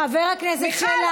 חבר הכנסת שלח.